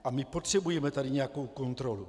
A my potřebujeme tady nějakou kontrolu.